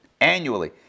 annually